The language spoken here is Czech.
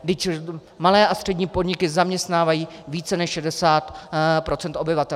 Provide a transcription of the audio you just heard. Vždyť malé a střední podniky zaměstnávají více než 60 % obyvatel.